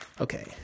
okay